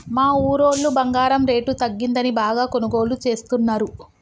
మా ఊరోళ్ళు బంగారం రేటు తగ్గిందని బాగా కొనుగోలు చేస్తున్నరు